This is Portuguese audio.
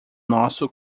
nosso